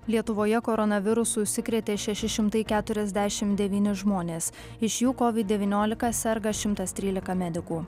lietuvoje koronavirusu užsikrėtė šeši šimtai keturiasdešimt devyni žmonės iš jų covid devyniolika serga šimtas trylika medikų